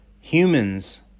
humans